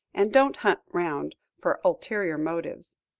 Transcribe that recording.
and don't hunt round for ulterior motives.